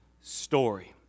story